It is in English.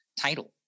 title